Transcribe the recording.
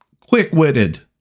quick-witted